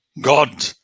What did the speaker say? God